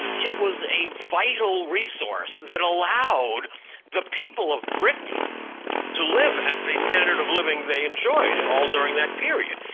it was a vital resource that allowed the people of britain to live at a standard of living they enjoyed, all during that period.